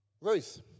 Ruth